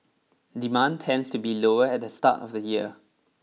demand tends to be lower at the start of the year